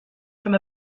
from